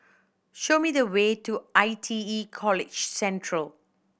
show me the way to I T E College Central